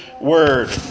Word